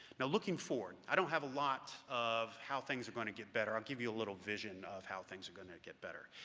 now looking forward, i don't have a lot of how things are going to get better, i'll give you a little vision of how things are going to get better.